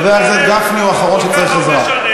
חבר הכנסת גפני הוא האחרון שצריך עזרה.